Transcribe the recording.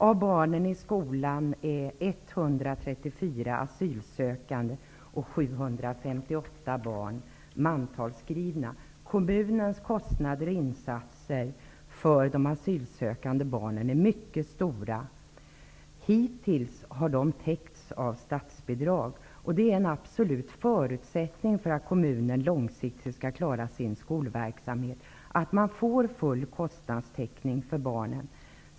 Av barnen i skolan är 134 Kommunens kostnader och insatser för de asylsökande barnen är mycket stora, och hittills har de täckts av statsbidrag. Det är en absolut förutsättning för att kommunen skall kunna få full kostnadstäckning för barnen och för att långsiktigt kunna klara denna skolverksamhet.